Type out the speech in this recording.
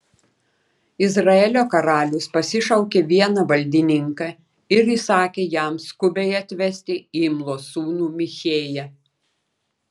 izraelio karalius pasišaukė vieną valdininką ir įsakė jam skubiai atvesti imlos sūnų michėją